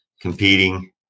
competing